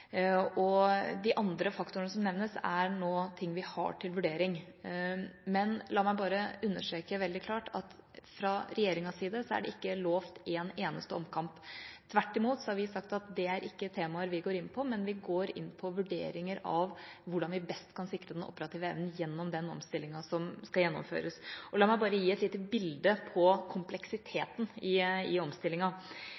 De andre faktorene som nevnes, er ting vi nå har til vurdering. La meg bare understreke veldig klart at fra regjeringas side er det ikke lovet en eneste omkamp. Tvert imot har vi sagt at det ikke er temaer vi går inn på, men vi går inn på vurderinger av hvordan vi best kan sikre den operative evnen gjennom omstillingen som skal gjennomføres. La meg bare gi et lite bilde på